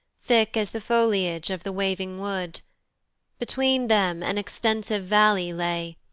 thick as the foliage of the waving wood between them an extensive valley lay,